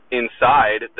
inside